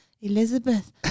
Elizabeth